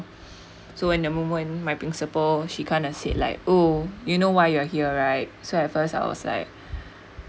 so when the moment my principal she kinda said like oh you know why you're here right so at first I was like